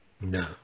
No